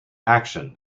action